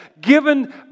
given